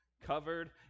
covered